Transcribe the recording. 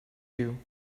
you